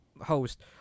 host